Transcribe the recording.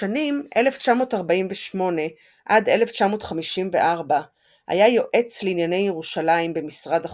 בשנים 1948 עד 1954 היה יועץ לענייני ירושלים במשרד החוץ,